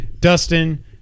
Dustin